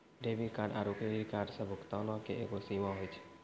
debit card आरू credit कार्डो से भुगतानो के एगो सीमा होय छै